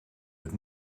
het